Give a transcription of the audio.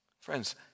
Friends